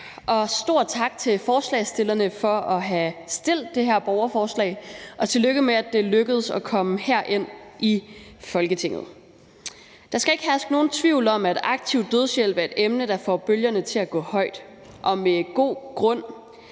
stor tak til forslagsstillerne for at have udarbejdet det her borgerforslag, og tillykke med, at det er lykkedes at få det herind i Folketinget. Der skal ikke herske nogen tvivl om, at aktiv dødshjælp er et emne, der får bølgerne til at gå højt – og med god grund.